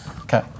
Okay